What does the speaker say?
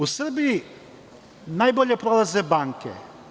U Srbiji najbolje prolaze banke.